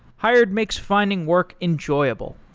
hired makes finding work enjoyable.